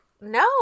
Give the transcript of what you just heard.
No